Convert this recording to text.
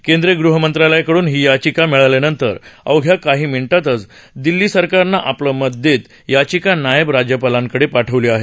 केंद्रीय गृह मंत्रालयाकडून ही याचिका मिळाल्यानंतर अवघ्या काही मिनीटांतच दिल्ली सरकारनं आपलं मत देत याचिका नायब राज्यपालांकडे पाठवली आहे